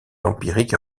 empirique